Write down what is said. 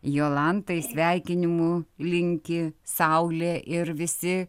jolantai sveikinimų linki saulė ir visi